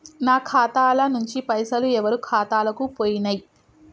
నా ఖాతా ల నుంచి పైసలు ఎవరు ఖాతాలకు పోయినయ్?